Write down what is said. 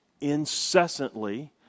incessantly